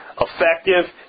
effective